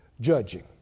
Judging